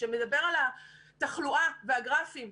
שמדבר על התחלואה ועל הגרפים,